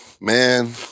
man